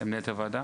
למנהלת הוועדה.